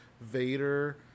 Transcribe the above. Vader